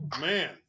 man